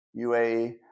UAE